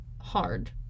hard